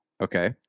Okay